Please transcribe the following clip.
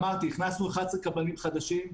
אמרתי שהכנסנו 11 קבלנים חדשים.